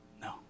No